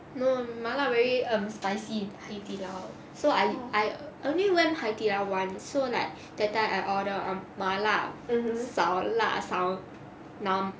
no 麻辣 very um spicy I 记得 so I I I only went 海底捞 once so like that time I order 麻辣少辣少 numb